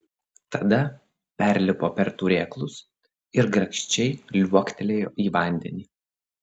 tada perlipo per turėklus ir grakščiai liuoktelėjo į vandenį